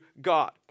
God